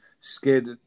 scared